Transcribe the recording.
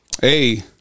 Hey